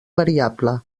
variable